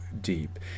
deep